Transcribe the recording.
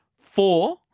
four